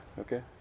okay